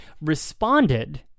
responded